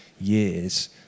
years